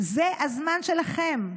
זה הזמן שלכם.